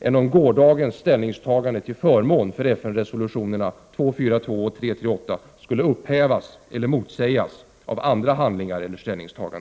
än om gårdagens ställningstagande till förmån för FN-resolutionerna 242 och 338 skulle upphävas eller motsägas av andra handlingar eller ställningstaganden.